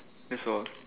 that's all